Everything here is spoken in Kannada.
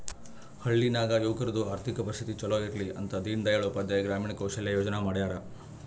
ಹಳ್ಳಿ ನಾಗ್ ಯುವಕರದು ಆರ್ಥಿಕ ಪರಿಸ್ಥಿತಿ ಛಲೋ ಇರ್ಲಿ ಅಂತ ದೀನ್ ದಯಾಳ್ ಉಪಾಧ್ಯಾಯ ಗ್ರಾಮೀಣ ಕೌಶಲ್ಯ ಯೋಜನಾ ಮಾಡ್ಯಾರ್